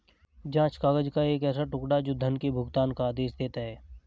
जाँच काग़ज़ का एक ऐसा टुकड़ा, जो धन के भुगतान का आदेश देता है